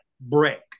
break